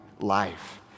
life